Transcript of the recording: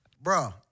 Bro